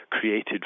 created